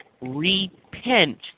repent